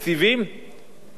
להוצאת המסתננים.